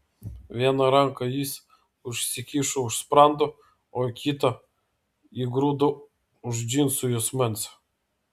vieną ranką jis užsikišo už sprando o kitą įgrūdo už džinsų juosmens